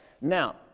Now